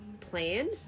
plan